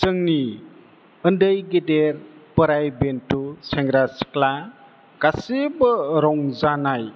जोंनि उन्दै गेदेर बोराइ बेन्थ' सेंग्रा सिख्ला गासैबो रंजानाय